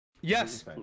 yes